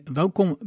welkom